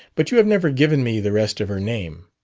but you have never given me the rest of her name.